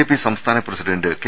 പ്പി സംസ്ഥാന president K